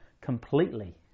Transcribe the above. Completely